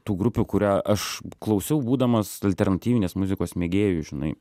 tų grupių kurią aš klausiau būdamas alternatyvinės muzikos mėgėju žinai